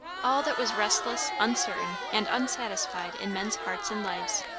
all that was restless, uncertain, and unsatisfied in men's hearts and lives,